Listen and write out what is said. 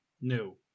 No